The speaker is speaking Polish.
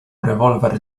rewolwer